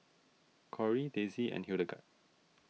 Kory Daisy and Hildegarde